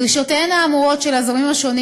דרישותיהם האמורות של הזרמים השונים,